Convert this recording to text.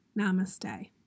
Namaste